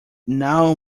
now